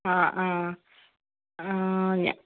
ആ ആ ഞാന്